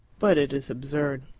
but it is absurd!